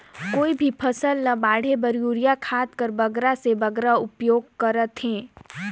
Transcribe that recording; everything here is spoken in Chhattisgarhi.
कोई भी फसल ल बाढ़े बर युरिया खाद कर बगरा से बगरा उपयोग कर थें?